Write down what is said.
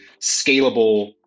scalable